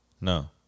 no